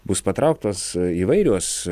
bus patrauktos įvairios